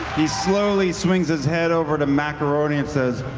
he slowly swings his head over to macaroni and says